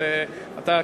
אבל אתה,